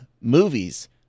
movies